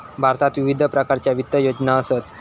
भारतात विविध प्रकारच्या वित्त योजना असत